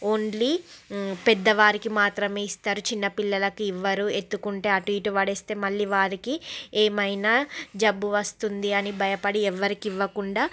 only పెద్దవారికి మాత్రమే ఇస్తారు చిన్న పిల్లలకి ఇవ్వరు ఎత్తుకుంటే అటు ఇటు పడేస్తే మళ్ళీ వారికి ఏమైనా జబ్బు వస్తుంది అని భయపడి ఎవరికీ ఇవ్వకుండా